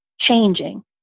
changing